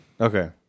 Okay